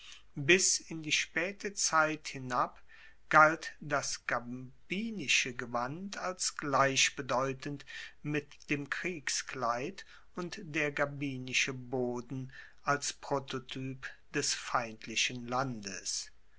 bis in die spaete zeit hinab galt das gabinische gewand als gleichbedeutend mit dem kriegskleid und der gabinische boden als prototyp des feindlichen landes